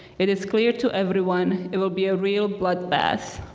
it is clear to everyone, it will be a real bloodbath. a